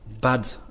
bad